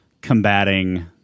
combating